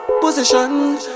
position